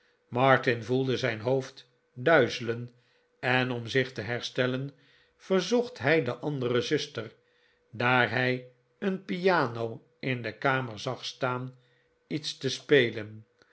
voelde zijn hoofd duizelen en om zich te herstellen verzocht hij de andere zuster daar hij een piano in de kamer zag staan iets te spelen